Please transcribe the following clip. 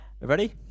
Ready